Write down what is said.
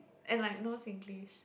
and like no Singlish